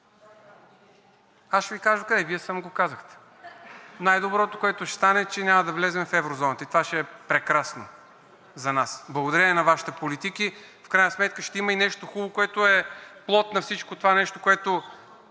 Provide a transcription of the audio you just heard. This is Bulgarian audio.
Ще Ви кажа докъде. Вие сам го казахте. Най-доброто, което ще стане, че няма да влезем в еврозоната. Това ще е прекрасно за нас. Благодарение на Вашите политики в крайна сметка ще има и нещо хубаво, което е плод на всичко това нещо, което